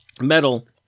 Metal